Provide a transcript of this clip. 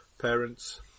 parents